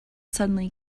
suddenly